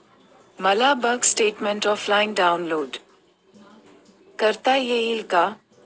मला bank statement offline download करता येईल का?